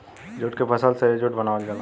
jute के फसल से ही जूट बनावल जाला